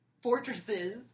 fortresses